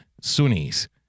Sunnis